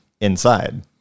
inside